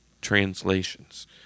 translations